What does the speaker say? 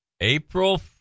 April